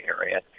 area